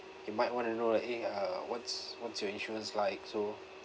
you might want to know like eh uh what's what's your insurance like so